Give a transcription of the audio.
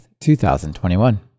2021